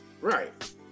right